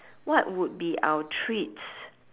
what would be our treats